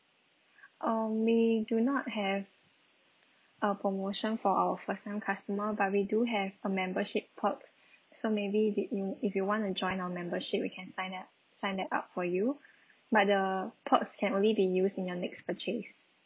um may do not have a promotion for our first time customer but we do have a membership perk so maybe did you if you want to join our membership we can sign it up sign that up for you but the perks can only be used in your next purchase